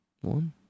One